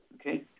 Okay